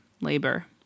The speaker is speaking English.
labor